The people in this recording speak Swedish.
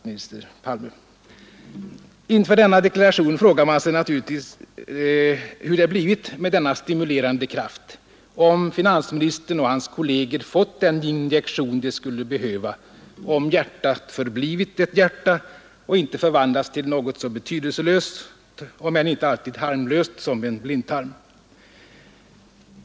Inför denna deklaration frågar man sig naturligt nog hur det blivit med denna stimulerande kraft, om finansministern och hans kolleger fått den injektion de skulle behöva, om hjärtat förblivit ett hjärta och inte förvandlats till något så betydelselöst — om än inte alltid harmlöst — som en blindtarm.